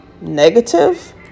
negative